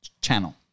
channel